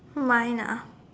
mine ah